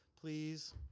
Please